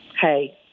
hey